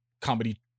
Comedy